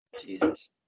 jesus